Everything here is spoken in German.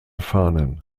fahnen